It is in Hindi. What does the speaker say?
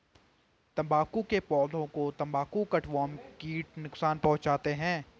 तंबाकू के पौधे को तंबाकू कटवर्म कीट नुकसान पहुंचाते हैं